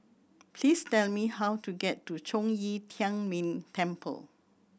please tell me how to get to Zhong Yi Tian Ming Temple